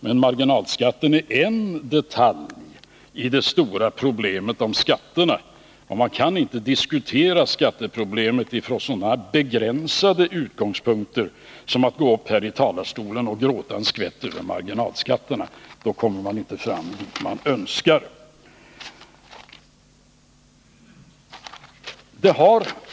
Men marginalskatten är en detalj i det stora problemet om skatterna, och man kan inte diskutera skatteproblemet från så begränsade utgångspunkter som att gå upp här i talarstolen och gråta en skvätt över marginalskatterna; då kommer man inte dit man önskar.